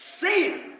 sin